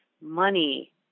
money